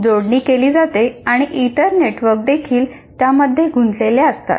जोडणी केली जाते इतर नेटवर्क देखील त्यामध्ये गुंतलेले असतात